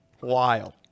Wild